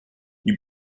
you